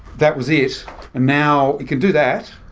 that was it now it can do that,